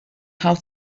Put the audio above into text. how